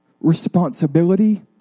responsibility